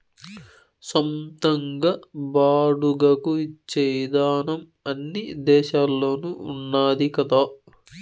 సొంతంగా బాడుగకు ఇచ్చే ఇదానం అన్ని దేశాల్లోనూ ఉన్నాది కదా